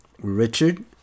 Richard